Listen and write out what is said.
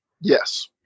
yes